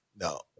no